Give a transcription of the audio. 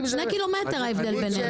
2 ק"מ בינינו.